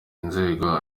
nzego